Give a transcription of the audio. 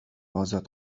آزاد